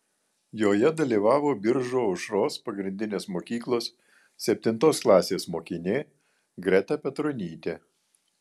joje dalyvavo biržų aušros pagrindinės mokyklos septintos klasės mokinė greta petronytė